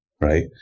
right